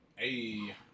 Hey